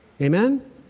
Amen